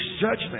judgment